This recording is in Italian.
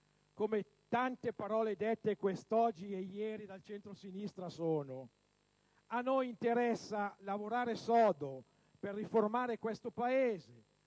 come le tante parole dette ieri ed oggi dal centrosinistra. A noi interessa lavorare sodo per riformare questo Paese,